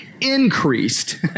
increased